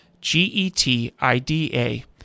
g-e-t-i-d-a